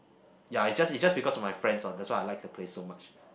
ya it's just it's just because of my friend oh that's why I like to play so much